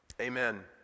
Amen